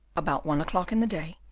about one o'clock in the day,